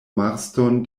marston